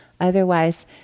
otherwise